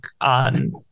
on